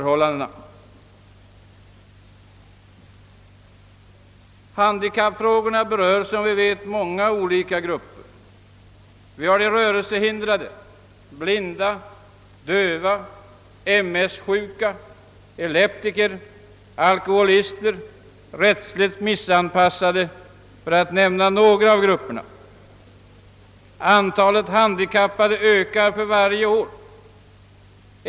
Handikappfrågorna berör många olika grupper: rörelsehindrade, blinda, döva, MS-sjuka, epileptiker, alkoholister, rättsligt missanpassade och många fler. Antalet handikappade ökar för varje år.